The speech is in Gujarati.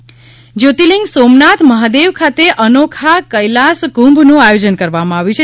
કૈલાસ કુંભ જ્યોતિલિંગ સોમનાથ મહાદેવ ખાતે અનોખા કૈલાસ કુંભનું આયોજન કરવામાં આવ્યું છે